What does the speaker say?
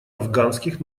афганских